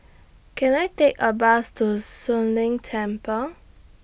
Can I Take A Bus to Soon Leng Temple